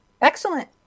Excellent